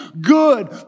good